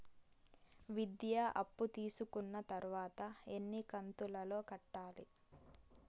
విద్య అప్పు తీసుకున్న తర్వాత ఎన్ని కంతుల లో కట్టాలి?